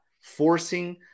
forcing